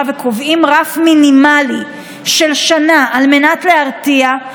וקובעים רף מינימלי של שנה על מנת להרתיע,